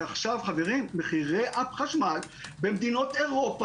ועכשיו מחירי החשמל במדינות אירופה